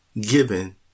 given